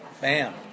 Bam